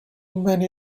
many